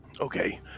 Okay